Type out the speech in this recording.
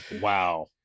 Wow